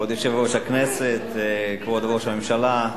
כבוד יושב-ראש הכנסת, כבוד ראש הממשלה,